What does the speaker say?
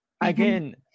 Again